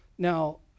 Now